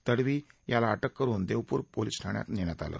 तडवी यांना अटक करुन देवपूर पोलिस ठाण्यात नेण्यात आले